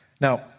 Now